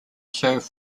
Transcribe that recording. serve